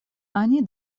они